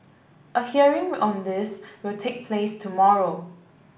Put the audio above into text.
a hearing on this will take place tomorrow